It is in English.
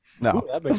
No